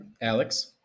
Alex